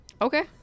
Okay